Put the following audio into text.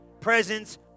presence